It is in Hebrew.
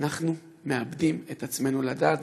אנחנו מאבדים את עצמנו לדעת.